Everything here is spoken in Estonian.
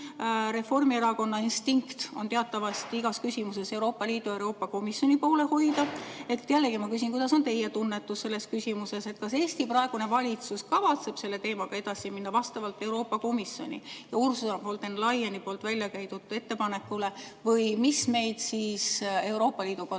Reformierakonna instinkt on teatavasti igas küsimuses Euroopa Liidu ja Euroopa Komisjoni poole hoida. Jällegi, ma küsin, milline on teie tunnetus selles küsimuses. Kas Eesti praegune valitsus kavatseb selle teemaga edasi minna vastavalt Euroopa Komisjoni ja Ursula von der Leyeni välja käidud ettepanekule? Mis meid, Euroopa Liidu kodanikke,